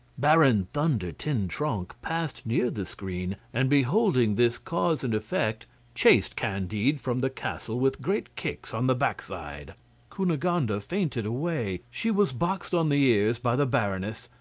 baron thunder-ten-tronckh passed near the screen and beholding this cause and effect chased candide from the castle with great kicks on the backside cunegonde fainted away she was boxed on the ears by the baroness,